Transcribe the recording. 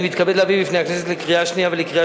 אני מתכבד להביא בפני הכנסת לקריאה שנייה ולקריאה